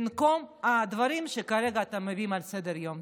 במקום הדברים שכרגע אתם מביאים לסדר-היום.